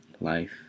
life